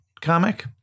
comic